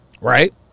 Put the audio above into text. Right